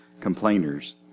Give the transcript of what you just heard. complainers